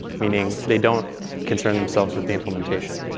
meaning they don't concern themselves with the implementation.